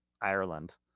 Ireland